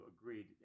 agreed